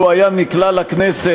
לו נקלע לכנסת,